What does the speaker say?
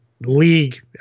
league